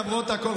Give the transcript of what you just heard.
למרות הכול,